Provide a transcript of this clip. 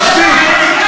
מספיק.